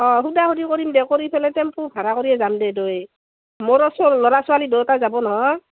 অঁ সোধা সুধি কৰিম দে কৰি পেলাই টেম্পু ভাড়া কৰিয়ে যাম দে দুয়ো মোৰো ল'ৰা ছোৱালী দুয়োটা যাব নহয়